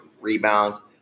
rebounds